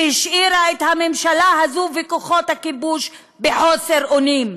שהשאירה את הממשלה הזו ואת כוחות הכיבוש בחוסר אונים,